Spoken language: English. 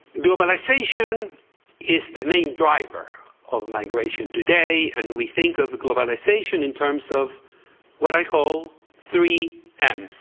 globalization is the main driver of migration today and we think of globalization in terms of what i call three ms,